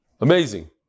Amazing